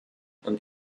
und